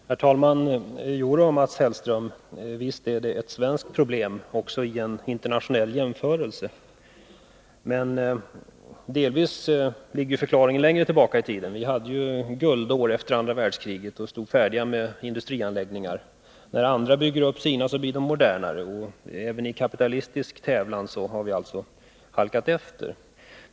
Herr talman! Jodå, Mats Hellström, visst är det ett svenskt problem också i en internationell jämförelse. Men delvis ligger förklaringen längre tillbaka i tiden. Vi hade ju guldår efter andra världskriget och stod färdiga med industrianläggningar. När andra bygger upp så blir anläggningarna modernare, och även i kapitalistisk tävlan har vi alltså halkat efter.